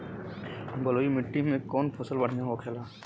बलुई मिट्टी में कौन फसल बढ़ियां होखे ला?